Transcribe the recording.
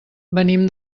venim